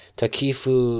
Takifu